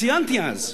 ציינתי אז,